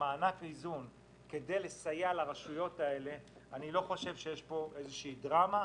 - אני לא חושב שיש פה איזו שהיא דרמה,